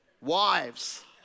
Wives